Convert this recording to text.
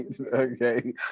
okay